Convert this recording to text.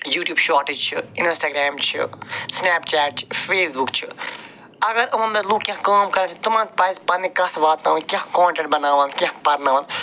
YouTube shorts چھِ Instagram چھِ Snapchat چھِ فیس بُک چھِ اگر منٛز لُکھ کیٚنٛہہ کٲم کرزِ تِمن پزِ پنٛنہِ کَتھِ واتناوٕنۍ کیٛاہ کانٹٮ۪نٹ بَناناوان کیٛاہ پَرناوان